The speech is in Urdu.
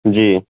جی